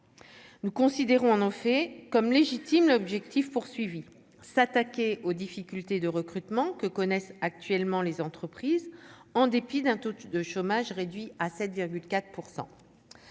nous considérons en en fait comme légitime l'objectif poursuivi s'attaquer aux difficultés de recrutement que connaissent actuellement les entreprises en dépit d'un taux de chômage réduit à 7,4